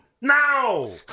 now